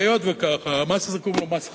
והיות שככה, המס הזה קוראים לו מס חבר.